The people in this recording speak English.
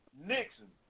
Nixon